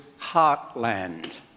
Heartland